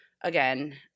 again